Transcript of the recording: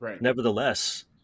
nevertheless